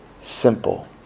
simple